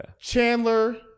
Chandler